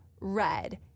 red